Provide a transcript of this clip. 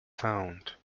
sound